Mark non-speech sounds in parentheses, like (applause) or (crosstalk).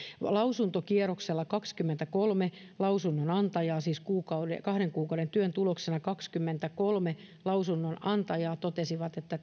lausuntokierroksella kaksikymmentäkolme lausunnonantajaa siis kahden kuukauden työn tuloksena kaksikymmentäkolme lausunnonantajaa totesi että (unintelligible)